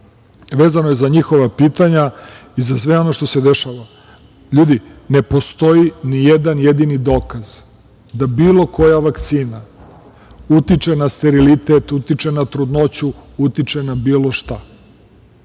vezano je za njihova pitanja i za sve ono što se dešava. Ljudi, ne postoji ni jedan jedini dokaz da bilo koja vakcina utiče na sterilitet, utiče na trudnoću, utiče na bilo šta.